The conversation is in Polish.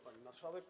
Pani Marszałek!